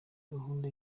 gahunda